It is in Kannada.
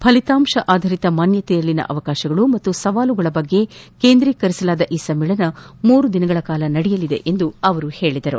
ಫಲಿತಾಂತ ಆಧಾರಿತ ಮಾನ್ಯತೆಯಲ್ಲಿನ ಅವಕಾಶಗಳು ಹಾಗೂ ಸವಾಲುಗಳ ಬಗ್ಗೆ ಕೇಂದ್ರೀಕರಿಸಲಾದ ಈ ಸಮ್ಮೇಳನ ಮೂರು ದಿನಗಳ ಕಾಲ ನಡೆಯಲಿದೆ ಎಂದು ಅವರು ಹೇಳಿದರು